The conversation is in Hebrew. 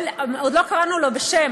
עוד לא קראנו לו בשם,